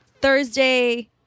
Thursday